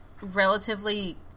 relatively